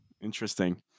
Interesting